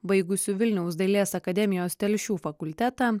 baigusių vilniaus dailės akademijos telšių fakultetą